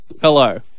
hello